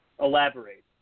elaborate